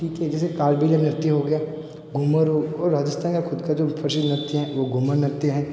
ठीक है जैसे कालबेलिया नृत्य हो गया घूमर हो राजस्थान का खुद जो प्रसिद्ध नृत्य है वो घूमर नृत्य है